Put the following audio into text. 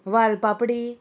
वालपापडी